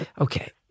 Okay